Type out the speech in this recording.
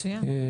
מצוין.